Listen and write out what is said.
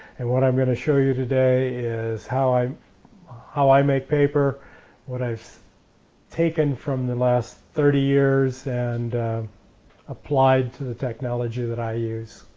and what i'm going to show you today is how i how i make paper what i've taken from the last thirty years and applied to the technology i use